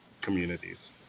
communities